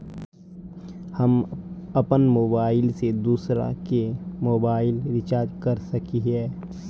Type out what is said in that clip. हम अपन मोबाईल से दूसरा के मोबाईल रिचार्ज कर सके हिये?